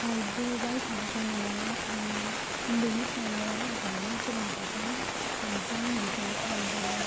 गाइबोबाय थानायखौ नुनानै आं उन्दैनिफ्रायनो गाइनो सोलोंफादों आइजों बिदिनो आंबो